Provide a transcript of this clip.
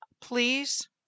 please